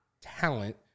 talent